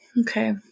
Okay